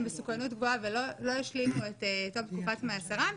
מסוכנות גבוהה ולא השלימו את תום תקופת מאסרם,